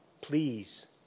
please